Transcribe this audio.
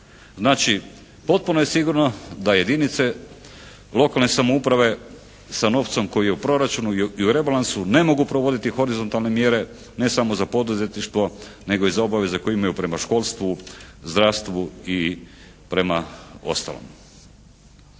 Znači potpuno je sigurno da jedinice lokalne samouprave sa novcom koji je u proračunu i u rebalansu ne mogu provoditi horizontalne mjere ne samo za poduzetništvo nego i za obaveze koje imaju prema školstvu, zdravstvu i prema ostalom.